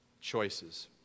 Choices